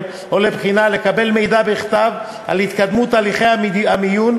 או לבחינה לקבל מידע בכתב על התקדמות הליכי המיון,